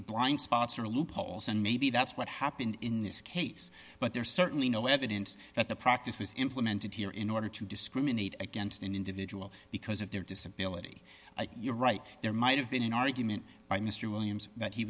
blind spots or loopholes and maybe that's what happened in this case but there is certainly no evidence that the practice was implemented here in order to discriminate against an individual because of their disability you're right there might have been an argument by mr williams that he